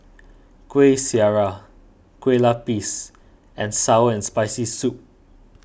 Kuih Syara Kueh Lupis and Sour and Spicy Soup